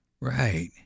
Right